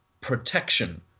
protection